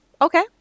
Okay